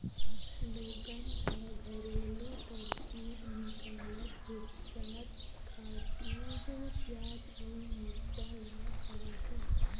लोगन ह घरेलू तरकीब निकालत उपचार खातिर पियाज अउ मिरचा ल खवाथे